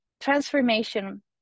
transformation